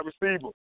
receiver